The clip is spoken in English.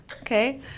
Okay